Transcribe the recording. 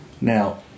Now